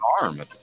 arm